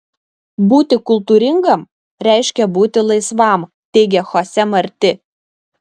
būti kultūringam reiškia būti laisvam teigia chose marti